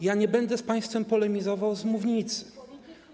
Ja nie będę z państwem polemizował z mównicy.